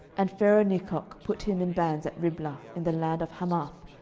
and pharaohnechoh put him in bands at riblah in the land of hamath,